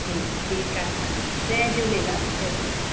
ठीकु ठीकु आहे हा जय झूलेलाल जय झूलेलाल